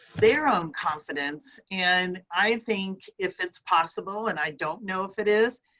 their own confidence. and i think if it's possible and i don't know if it is,